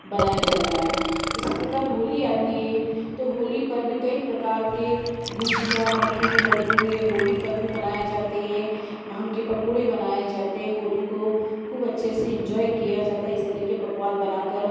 बनाया जाता है इसी प्रकार होली आती है तो होली पर भी कई प्रकार के गुझिया मठड़ी लड्डू ये होली पर भी बनाए जाते हैं भांग के पकौड़े बनाए जाते होली को खूब अच्छे से इन्जॉय किया जाता है इस तरह के पकवान बनाकर